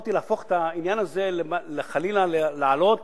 יכולתי להפוך את העניין הזה, חלילה, לעלות